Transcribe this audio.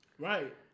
Right